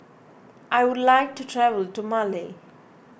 I would like to travel to Male